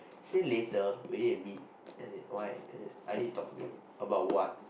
say later where and meet as in why uh I need to talk to you about what